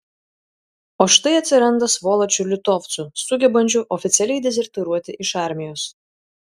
o štai atsiranda svoločių litovcų sugebančių oficialiai dezertyruoti iš armijos